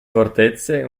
fortezze